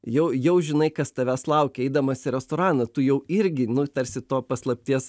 jau jau žinai kas tavęs laukia eidamas į restoraną tu jau irgi nu tarsi to paslapties